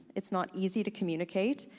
it's not easy to communicate,